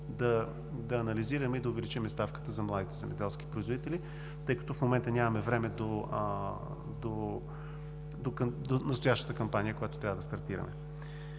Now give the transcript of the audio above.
да анализираме и да увеличим ставката за младите земеделски производители, тъй като в момента нямаме време в настоящата кампания, която трябва да стартираме.